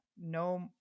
no